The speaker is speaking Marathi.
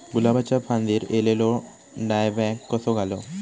गुलाबाच्या फांदिर एलेलो डायबॅक कसो घालवं?